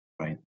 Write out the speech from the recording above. Right